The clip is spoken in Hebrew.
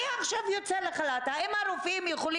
האם הרופאים,